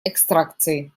экстракцией